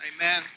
amen